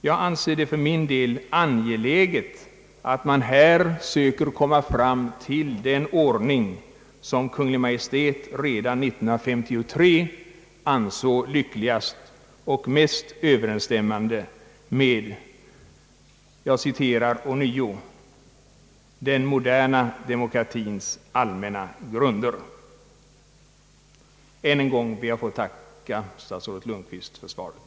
Jag anser det för min del angeläget att man här söker komma fram till den anordning som Kungl. Maj:t redan 1953 ansåg lyckligast och mest överensstämmande med »den moderna demokratiens allmänna grunder». Än en gång ber jag att få tacka statsrådet Lundkvist för svaret.